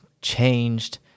changed